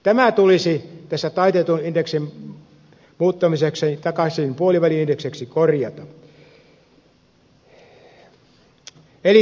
tämä tulisi tässä taitetun indeksin muuttamisessa takaisin puoliväli indeksiksi korjata